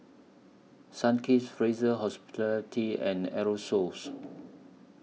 Sunkist Fraser Hospitality and Aerosoles